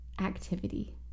activity